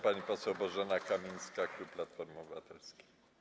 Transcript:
Pani poseł Bożena Kamińska, klub Platformy Obywatelskiej.